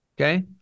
okay